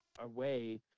away